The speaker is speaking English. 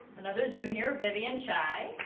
another junior, vivian chai.